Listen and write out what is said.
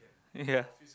ya